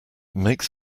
makes